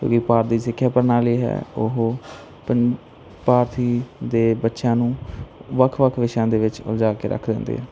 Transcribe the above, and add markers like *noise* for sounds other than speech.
ਕਿਉਂਕੀ ਭਾਰਤ ਦੀ ਸਿੱਖਿਆ ਪ੍ਰਣਾਲੀ ਹੈ ਉਹ ਪੰਜ *unintelligible* ਦੇ ਬੱਚਿਆਂ ਨੂੰ ਵੱਖ ਵੱਖ ਵਿਸ਼ਿਆਂ ਦੇ ਵਿੱਚ ਉਲਝਾ ਕੇ ਰੱਖ ਦਿੰਦੀ ਹੈ